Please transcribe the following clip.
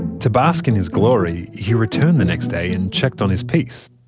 to bask in his glory, he returned the next day and checked on his piece.